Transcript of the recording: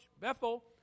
Bethel